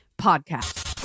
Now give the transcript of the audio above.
Podcast